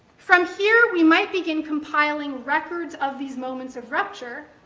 from here, we might begin compiling records of these moments of rupture,